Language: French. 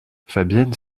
fabienne